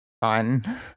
fun